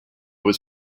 was